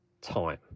time